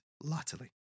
latterly